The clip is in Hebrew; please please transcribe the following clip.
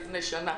שהייתה לפני שנה,